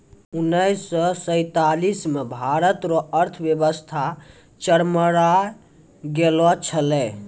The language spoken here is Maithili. उनैस से सैंतालीस मे भारत रो अर्थव्यवस्था चरमरै गेलो छेलै